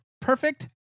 perfect